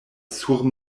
sur